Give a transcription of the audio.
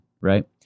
right